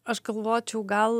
aš galvočiau gal